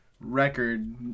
record